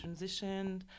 transitioned